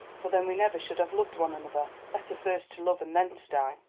for then we never should have loved one another. better first to love, and then to die!